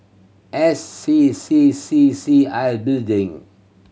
S C C C C I Building